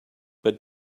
but